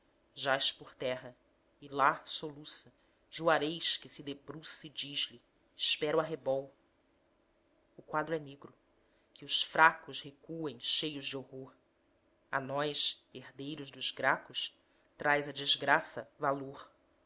sol jaz por terra e lá soluça juarez que se debruça e diz-lhe espera o arrebol o quadro é negro que os fracos recuem cheios de horror a nós herdeiros dos gracos traz a desgraça valor